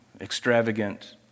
extravagant